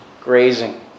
grazing